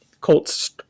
Colts